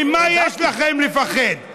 ממה יש לכם לפחד?